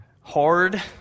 Hard